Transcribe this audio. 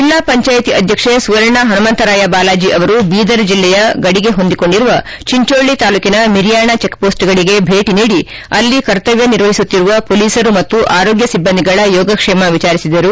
ಜಿಲ್ಲಾ ಪಂಜಾಯಿತಿ ಅಧ್ಯಕ್ಷೆ ಸುವರ್ಣಾ ಪಣಮಂತರಾಯ ಮಾಲಾಜಿ ಅವರು ಬೀದರ್ ಜಿಲ್ಲೆಯ ಗಡಿಗೆ ಹೊಂದಿಕೊಂಡಿರುವ ಚೆಂಚೊಳ್ಳಿ ತಾಲೂಕಿನ ಮಿರಿಯಾಣ ಚಿಕ್ಮೋಸ್ಟ್ಗಳಿಗೆ ಭೇಟಿ ನೀಡಿ ಅಲ್ಲಿ ಕರ್ತವ್ಯ ನಿರ್ವಹಿಸುತ್ತಿರುವ ಮೊಲೀಸರು ಮತ್ತು ಆರೋಗ್ಯ ಸಿಬ್ಬಂದಿಗಳ ಯೋಗಕ್ಷೇಮ ವಿಜಾರಿಸಿದರು